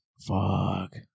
fuck